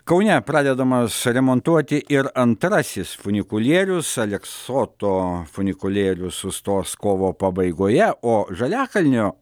kaune pradedamas remontuoti ir antrasis funikulierius aleksoto funikulierių sustos kovo pabaigoje o žaliakalnio